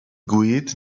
گویید